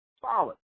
Solid